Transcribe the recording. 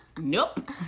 nope